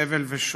סבל ושואה.